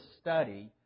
study